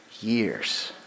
years